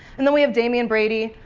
and then we have damion brady,